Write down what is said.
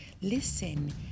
Listen